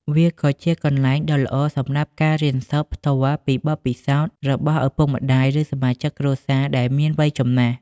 វាក៏ជាកន្លែងដ៏ល្អសម្រាប់ការរៀនសូត្រផ្ទាល់ពីបទពិសោធន៍របស់ឪពុកម្ដាយ ឬសមាជិកគ្រួសារដែលមានវ័យចំណាស់។